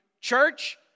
church